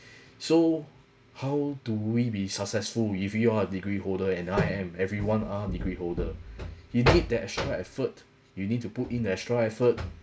so how do we be successful if you're a degree holder and I am everyone are degree holder he need that extra effort you need to put in extra effort